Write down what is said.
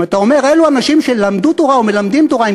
אתה אומר: אלו אנשים שלמדו תורה ומלמדים תורה.